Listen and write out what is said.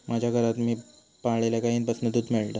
माज्या घरात मी पाळलल्या गाईंपासना दूध मेळता